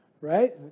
right